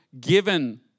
given